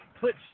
put